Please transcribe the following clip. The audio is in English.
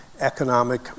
economic